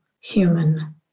human